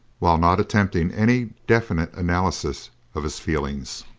while not attempting any definite analysis of his feelings,